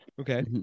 Okay